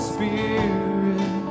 Spirit